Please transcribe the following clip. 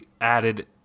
added